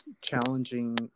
challenging